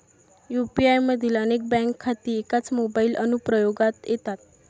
UPI मधील अनेक bank खाती एकाच मोबाइल अनुप्रयोगात येतात